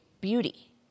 beauty